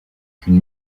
qu’une